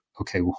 okay